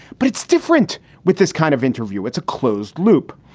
but it's different with this kind of interview. it's a closed loop.